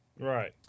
right